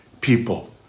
people